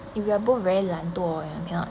eh we are both very 懒惰 leh cannot